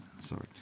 sorry